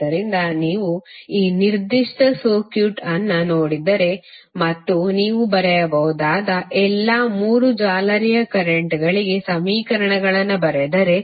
ಆದ್ದರಿಂದ ನೀವು ಈ ನಿರ್ದಿಷ್ಟ ಸರ್ಕ್ಯೂಟ್ ಅನ್ನು ನೋಡಿದರೆ ಮತ್ತು ನೀವು ಬರೆಯಬಹುದಾದ ಎಲ್ಲಾ 3 ಜಾಲರಿಯ ಕರೆಂಟ್ಗಳಿಗೆ ಸಮೀಕರಣಗಳನ್ನು ಬರೆದರೆ